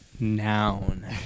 Noun